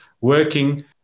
working